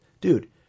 dude